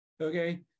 okay